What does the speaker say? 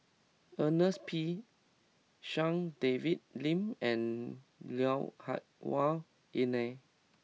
Ernest P Shanks David Lim and Lui Hah Wah Elena